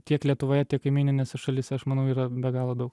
tiek lietuvoje tiek kaimyninėse šalyse aš manau yra be galo daug